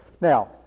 Now